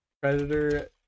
Predator